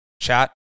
chat